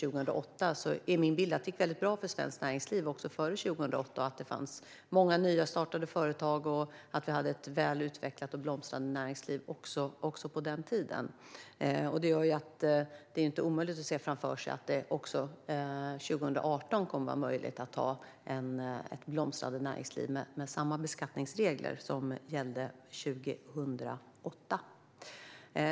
Min bild är att det gick väldigt bra för svenskt näringsliv också före 2008. Det fanns många nystartade företag, och vi hade ett väl utvecklat och blomstrande näringsliv även på den tiden. Detta gör att det inte är omöjligt att se framför sig att det också 2018 kommer att vara möjligt att ha ett blomstrande näringsliv med samma beskattningsregler som gällde 2008.